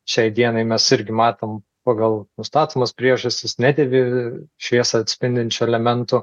šiai dienai mes irgi matom pagal nustatomas priežastis nedėvi šviesą atspindinčių elementų